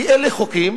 כי אלה חוקים